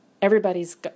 everybody's